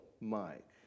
mike